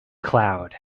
cloud